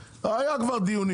מה כל דבר זה דיונים?